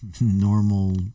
normal